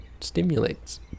stimulates